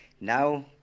now